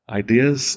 ideas